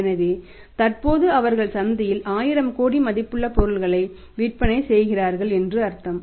எனவே தற்போது அவர்கள் சந்தையில் 1000 கோடி மதிப்புள்ள பொருட்களை விற்பனை செய்கிறார்கள் என்று அர்த்தம்